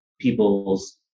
people's